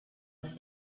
ist